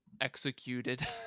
executed